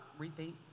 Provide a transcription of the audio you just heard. Rethink